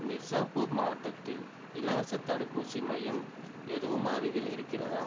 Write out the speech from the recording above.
மிர்சாப்பூர் மாவட்டத்தில் இலவசத் தடுப்பூசி மையம் எதுவும் அருகில் இருக்கிறதா